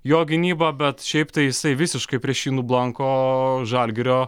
jo gynybą bet šiaip tai jisai visiškai prieš jį nublanko žalgirio